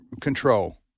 Control